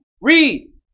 Read